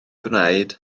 gwneud